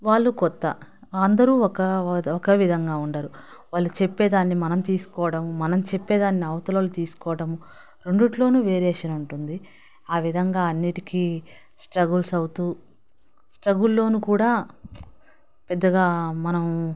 వాళ్ళు కొత్త అందరూ ఒక ఒకే విధంగా ఉండరు వాళ్ళు చెప్పేదాన్ని మనం తీసుకోవడం మనం చెప్పేదాన్ని అవతలి వాళ్ళు తీసుకోవటం రెండిట్లోనూ వేరియేషన్ ఉంటుంది ఆ విధంగా అన్నిటికీ స్ట్రగుల్స్ అవుతూ స్ట్రగుల్లోనూ కూడా పెద్దగా మనం